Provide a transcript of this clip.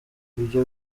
ibyo